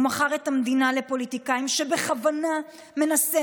הוא מכר את המדינה לפוליטיקאים שבכוונה מנסים